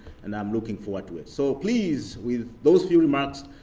and i'm looking forward to it. so please, with those few remarks,